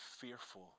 fearful